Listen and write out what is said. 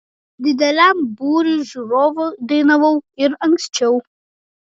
dideliam būriui žiūrovų dainavau ir anksčiau